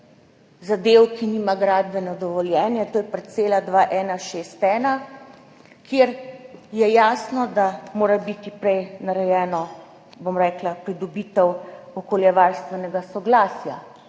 zadev, ki nima gradbenega dovoljenja, to je parcela 2161, kjer je jasno, da mora biti prej narejena pridobitev okoljevarstvenega soglasja